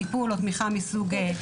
טיפול או תמיכה מסוג סייעת.